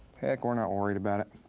heck, we're not worried about it.